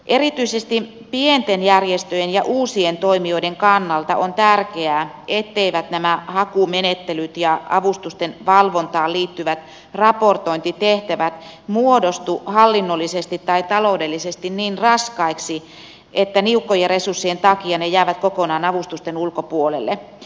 erityisesti pienten järjestöjen ja uusien toimijoiden kannalta on tärkeää etteivät nämä hakumenettelyt ja avustusten valvontaan liittyvät raportointitehtävät muodostu hallinnollisesti tai taloudellisesti niin raskaiksi että niukkojen resurssien takia ne jäävät kokonaan avustusten ulkopuolelle